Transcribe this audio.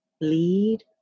lead